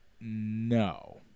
no